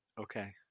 okay